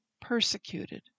persecuted